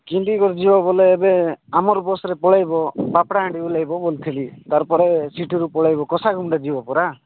କେମିତି କରି ଯିବ ବୋଲେ ଏବେ ଆମର ବସ୍ରେ ପଳେଇବ ବାପଡ଼ାହାାଣ୍ଡି ଓହ୍ଲେଇବ ବୋଲିଥିଲି ତାପରେ ସେଠିରୁ ପଳେଇବ କଷା କୁମଟେ ଯିବ ପରା